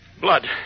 Blood